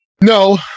No